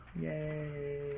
Yay